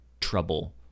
trouble